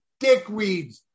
dickweeds